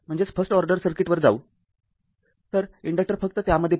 तर इन्डक्टर फक्त त्यामध्ये पहा